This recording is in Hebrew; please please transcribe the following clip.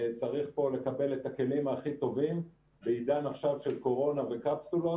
צריך פה לקבל את הכלים הכי טובים בעידן של קורונה וקפסולות.